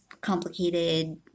complicated